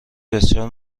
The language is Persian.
بسیار